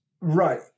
Right